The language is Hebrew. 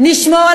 נכון.